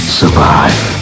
survive